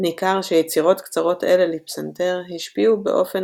ניכר שיצירות קצרות אלה לפנסתר השפיעו באופן